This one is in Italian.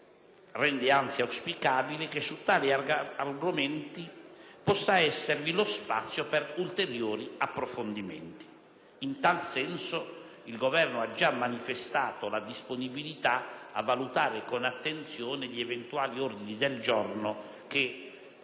rende anzi auspicabile, che su tali argomenti possa esservi lo spazio per ulteriori approfondimenti. In tal senso il Governo ha già manifestato la disponibilità a valutare con attenzione gli eventuali ordini del giorno che